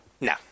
No